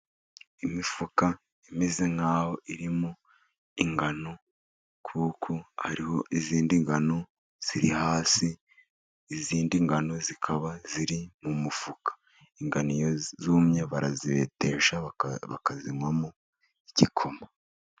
Imifuka imeze nk'aho irimo ingano, kuko hariho izindi ngano ziri hasi, izindi ngano zikaba ziri mu mufuka. Ingano iyo zumye barazibetesha bakazinywamo igikoma.